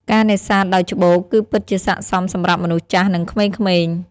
ការនេសាទដោយច្បូក គឺពិតជាស័ក្ដិសមសម្រាប់មនុស្សចាស់ និងក្មេងៗ។